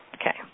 Okay